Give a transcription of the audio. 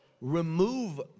Remove